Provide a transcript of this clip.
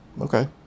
Okay